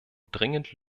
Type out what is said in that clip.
dringend